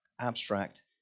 abstract